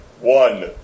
One